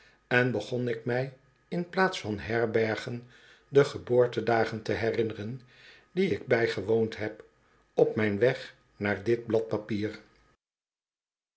en begon ik mij in plaats van herbergen de geboortedagen te herinneren die ik bijgewoond heb op mijn weg naar dit blad papier